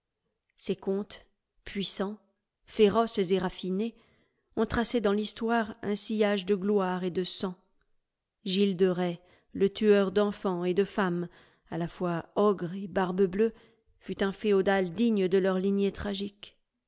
ses comtes puissants féroces et raffinés ont tracé dans l'histoire un sillage de gloire et de sang gilles de rais le tueur d'enfants et de femmes à la fois ogre et barbe-bleue fut un féodal digne de leur lignée tragique